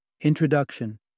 Introduction